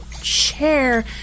chair